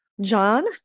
John